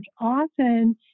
often